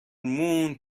موند